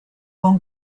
con